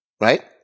right